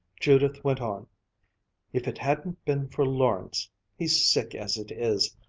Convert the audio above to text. judith went on if it hadn't been for lawrence he's sick as it is.